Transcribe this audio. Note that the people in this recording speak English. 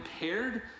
impaired